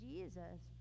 Jesus